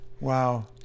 Wow